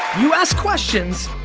you ask questions,